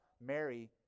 Mary